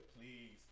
please